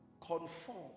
conform